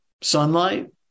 sunlight